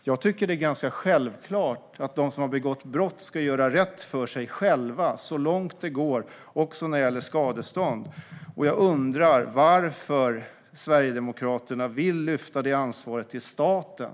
Jag tycker att det är ganska självklart att de som har begått brott ska göra rätt för sig själva så långt det går, också när det gäller skadestånd, och jag undrar varför Sverigedemokraterna vill lyfta över det ansvaret till staten.